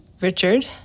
Richard